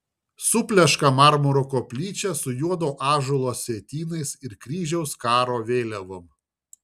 supleška marmuro koplyčia su juodo ąžuolo sietynais ir kryžiaus karo vėliavom